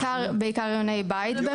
בעיקר יוני בית.